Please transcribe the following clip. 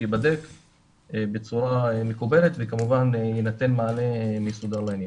היא תיבדק בצורה מקובלת וכמובן יינתן מענה מסודר לעניין.